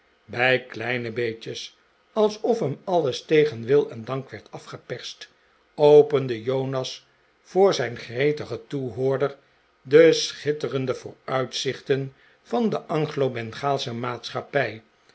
bij kleine beetjes alsof hem alles tegen wil en dank werd afgeperst opende jonas voor zijn gretigen toehoorder de schitterende vooruitzichten van de anglobengaalsche maatschappij